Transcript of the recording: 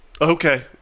Okay